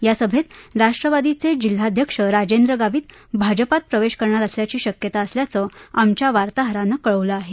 या सभेत राष्ट्रवादीचे जिल्हाध्यक्ष राजेंद्र गावित हे भाजपात प्रवेश करणार असल्याची शक्यता असल्याचं आमच्या वार्ताहरानं कळवलं आहे